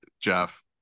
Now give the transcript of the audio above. Jeff